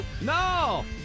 no